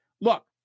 Look